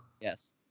Yes